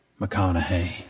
McConaughey